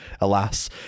alas